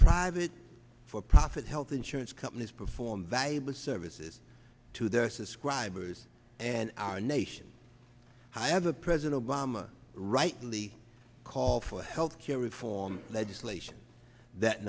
private for profit health insurance companies perform valuable services to their subscribers and our nation i as a president obama rightly call for health care reform legislation that